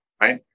right